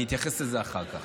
אבל אני אתייחס לזה אחר כך.